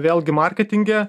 vėlgi marketinge